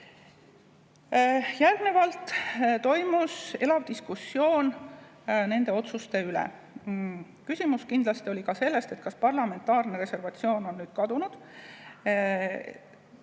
Järgnevalt toimus elav diskussioon nende otsuste üle. Küsimus oli kindlasti ka selles, kas parlamentaarne reservatsioon on kadunud.